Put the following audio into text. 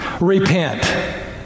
Repent